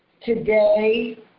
today